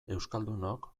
euskaldunok